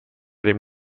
dem